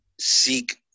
Seek